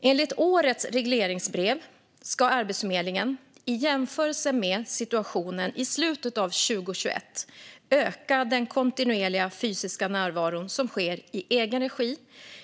Enligt årets regleringsbrev ska Arbetsförmedlingen, i jämförelse med situationen i slutet av 2021, öka den kontinuerliga fysiska närvaron som sker i egen regi,